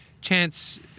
chance